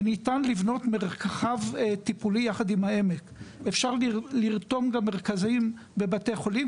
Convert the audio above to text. וניתן לבנות מרחב טיפולי יחד עם העמק ואפשר לרתום גם מרכזים בבתי חולים,